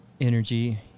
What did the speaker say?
energy